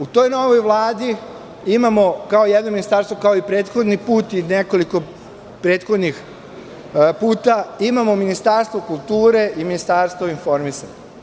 U toj novoj Vladi imamo jedno ministarstvo, kao i prethodni put i nekoliko prethodnih puta, imamo Ministarstvo kulture i Ministarstvo informisanja.